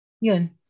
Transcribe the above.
yun